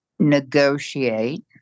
Negotiate